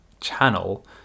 channel